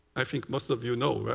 i think, most of you know,